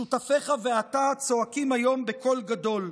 שותפיך ואתה צועקים היום בקול גדול.